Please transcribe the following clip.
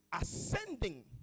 Ascending